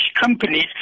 companies